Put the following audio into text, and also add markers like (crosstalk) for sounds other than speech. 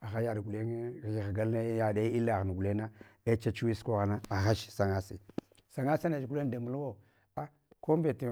Agha yaɗ gulenye ghighgal yaɗe laghun gulen na ei chachuwi sukwa ghana aghach sangasi. Sanga nech guleng damulwu, a ko mbete (hesitation)